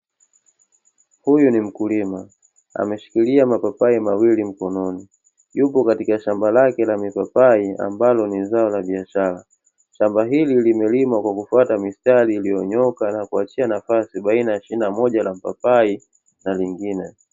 Huyu ni mkulima, ameshikilia mapapai mawili mkononi, yupo katika shamba lake la mipapai ambalo ni zao la biashara. Shamba hili limelimwa kwa kufuata mistari iliyonyooka na kuachia nafasi baina ya shina moja la mpapai na lingine.